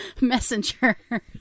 Messenger